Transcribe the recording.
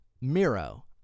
Miro